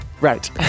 right